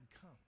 come